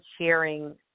sharing